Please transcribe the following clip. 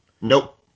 Nope